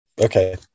Okay